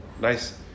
nice